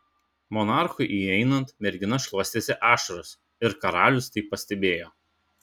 monarchui įeinant mergina šluostėsi ašaras ir karalius tai pastebėjo